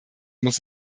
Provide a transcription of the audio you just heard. muss